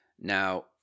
Now